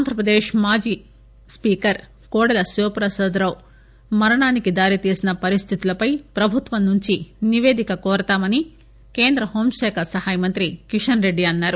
ఆంధ్రప్రదేశ్ మాజీ స్పీకర్ కోడెల శివప్రసాదరావు మరణానికి దారితీసిన పరిస్లితులపై ప్రభుత్వం నుంచి నిపేదిక కోరతామని కేంద్ర హోంశాఖ సహాయమంత్రి కిషన్ రెడ్డి అన్నారు